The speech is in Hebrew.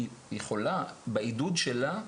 בעידוד שלה,